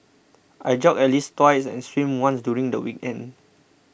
I jog at least twice and swim once during the weekend